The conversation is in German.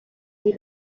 sie